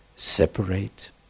Separate